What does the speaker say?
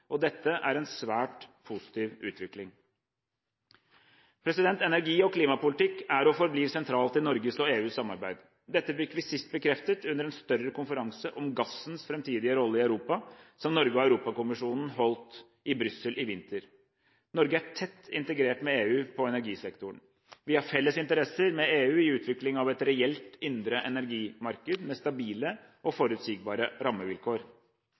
regionen. Dette er en svært positiv utvikling. Energi- og klimapolitikk er og forblir sentralt i Norges og EUs samarbeid. Dette fikk vi sist bekreftet under en større konferanse om gassens framtidige rolle i Europa, som Norge og Europakommisjonen holdt i Brussel i vinter. Norge er tett integrert med EU på energisektoren. Vi har felles interesser med EU i utvikling av et reelt indre energimarked med stabile og forutsigbare rammevilkår.